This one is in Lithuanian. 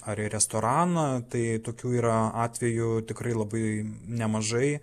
ar į restoraną tai tokių yra atvejų tikrai labai nemažai